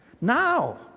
Now